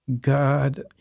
God